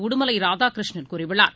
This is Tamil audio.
உடுமலைராதாகிருஷ்ணன் கூறியுள்ளார்